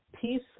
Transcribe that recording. peace